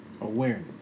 awareness